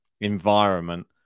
environment